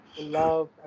love